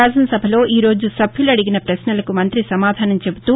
శాసనసభలో ఈరోజు సభ్యులు అడిగిన పశ్నలకు మంతి సమాధానం చెబుతూ